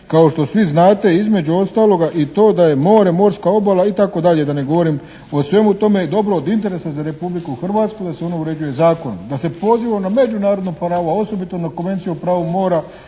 kao što svi znate, između ostaloga i to da je more, morska obala, itd., da ne govorim o svemu tome, je dobro od interesa za Republiku Hrvatsku da se ona uređuje zakonom. Da se poziva na međunarodno pravo, a osobito na Konvenciju o pravu mora